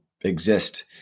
exist